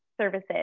services